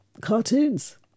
Cartoons